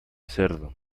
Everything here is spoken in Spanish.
cerdo